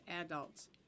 adults